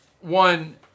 one